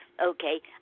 Okay